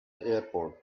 airport